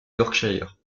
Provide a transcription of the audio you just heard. yorkshire